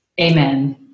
amen